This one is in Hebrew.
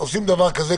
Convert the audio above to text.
עושים דבר כזה,